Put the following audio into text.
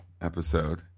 episode